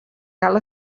cal